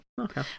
Okay